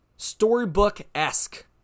storybook-esque